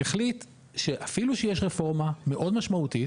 החליט שאפילו שיש רפורמה מאוד משמעותית,